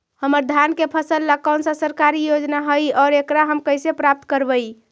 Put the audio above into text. हमर धान के फ़सल ला कौन सा सरकारी योजना हई और एकरा हम कैसे प्राप्त करबई?